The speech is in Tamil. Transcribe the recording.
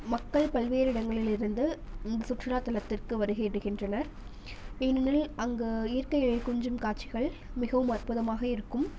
மக்கள் பல்வேறு இடங்களில் இருந்து இந்த சுற்றுலாத்தலத்திற்கு வருகையிடுகின்றனர் ஏனெனில் அங்கு இயற்கை எழில் கொஞ்சும் காட்சிகள் மிகவும் அற்புதமாக இருக்கும்